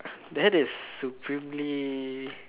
that is supremely